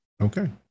Okay